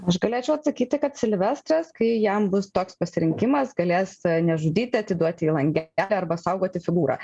aš galėčiau atsakyti kad silvestras kai jam bus toks pasirinkimas galės nežudyti atiduoti į langelį arba saugoti figūrą